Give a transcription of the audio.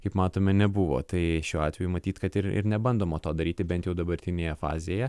kaip matome nebuvo tai šiuo atveju matyt kad ir ir nebandoma to daryti bent jau dabartinėje fazėje